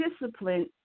discipline